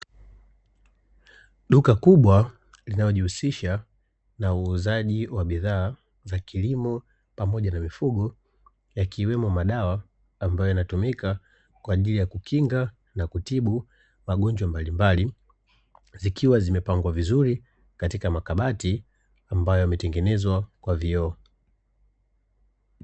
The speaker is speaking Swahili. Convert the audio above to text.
Duka kubwa linalojihusisha na uuzaji wa bidhaa za kilimo pamoja na mifugo yakiwemo madawa ambayo yanatumika kwa ajili ya kukinga na kutibu magonjwa mbalimbali, zikiwa zimepangwa vzuri katika makabati ambayo yametengenezwa kwa vioo.